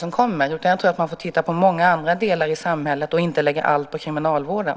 Man får titta på även många andra delar i samhället och inte lägga allt på kriminalvården.